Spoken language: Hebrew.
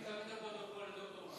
אני מבקש להביא את הפרוטוקול לדוקטור מערוף.